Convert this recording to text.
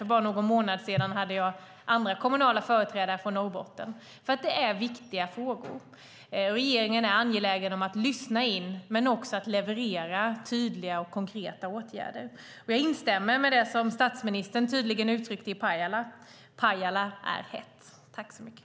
För bara någon månad sedan mötte jag andra kommunala företrädare från Norrbotten. Detta är viktiga frågor, och regeringen är angelägen om att lyssna in och om att leverera tydliga och konkreta åtgärder. Jag instämmer med det som statsministern tydligen uttryckte i Pajala: Pajala är hett.